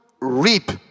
reap